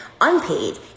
unpaid